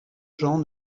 gens